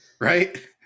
right